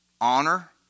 Honor